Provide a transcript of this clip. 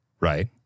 Right